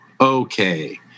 Okay